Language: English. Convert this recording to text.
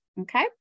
okay